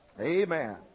Amen